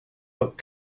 what